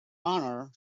honor